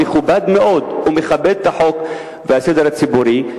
מכובד מאוד ומכבד את החוק והסדר הציבורי?